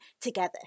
together